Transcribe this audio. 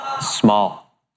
small